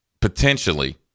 potentially